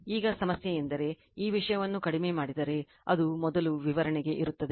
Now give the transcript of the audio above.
ಈಗ ಪ್ರಶ್ನೆಯೆಂದರೆ ಈ ವಿಷಯವನ್ನು ಕಡಿಮೆ ಮಾಡಿದರೆ ಅದು ಮೊದಲು ವಿವರಣೆಗೆ ಇರುತ್ತದೆ